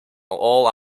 all